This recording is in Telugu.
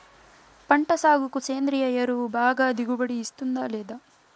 పంట సాగుకు సేంద్రియ ఎరువు బాగా దిగుబడి ఇస్తుందా లేదా